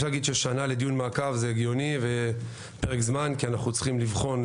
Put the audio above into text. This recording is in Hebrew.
אפשר להגיד ששנה לדיון מעקב זה פרק זמן הגיוני כי אנחנו צריכים לבחון.